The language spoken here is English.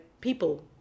people